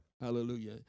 Hallelujah